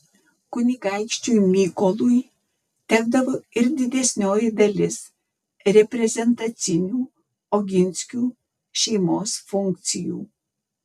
kunigaikščiui mykolui tekdavo ir didesnioji dalis reprezentacinių oginskių šeimos funkcijų